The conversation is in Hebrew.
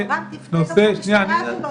אבל רם, תפנה למשטרה שלא תנהג באלימות.